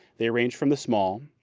they range from the small,